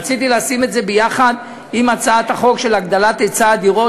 רציתי לשים את זה ביחד עם הצעת החוק של הגדלת היצע הדירות,